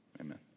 amen